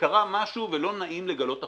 וקרה משהו ולא נעים לגלות החוצה.